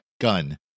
gun